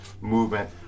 movement